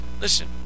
Listen